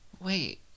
wait